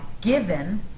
given